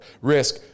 risk